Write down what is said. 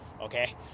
okay